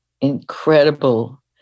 incredible